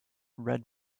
red